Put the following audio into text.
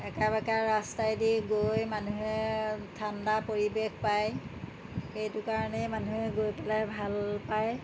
একা বেকা ৰাস্তাইদি গৈ মানুহে ঠাণ্ডা পৰিৱেশ পায় সেইটো কাৰণেই মানুহে গৈ পেলাই ভাল পায়